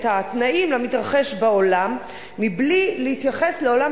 התנאים למתרחש בעולם מבלי להתייחס לעולם